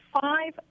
five